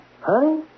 Honey